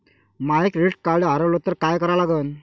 माय credit card हारवलं तर काय करा लागन?